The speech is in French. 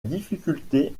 difficulté